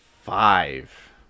Five